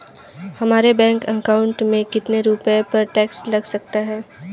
हमारे bank account में कितने रुपये पर टैक्स लग सकता है?